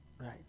right